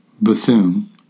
Bethune